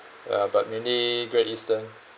ya but mainly Great Eastern